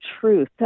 truth